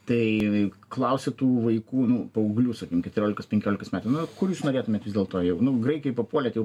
tai klausia tų vaikų nu paauglių sakykim keturiolikos penkiolikos metų nu kur jūs norėtumėt vis dėlto jau nu graikijoj papuolėt jau